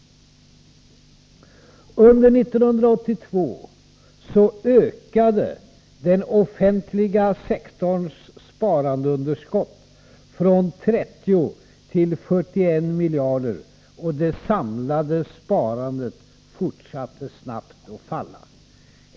Under 1982 ökade den offentliga sektorns sparandeunderskott från 30 till 41 miljarder, och det samlade sparandet fortsatte snabbt att falla.